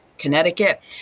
Connecticut